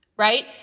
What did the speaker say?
Right